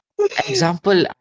example